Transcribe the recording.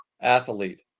athlete